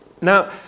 Now